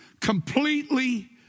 completely